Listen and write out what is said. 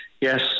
yes